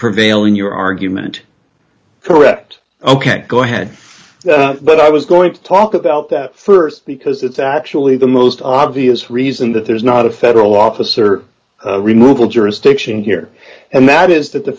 prevail in your argument correct ok go ahead but i was going to talk about that st because it's actually the most obvious reason that there's not a federal officer removal jurisdiction here and that is that the